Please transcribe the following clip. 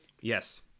Yes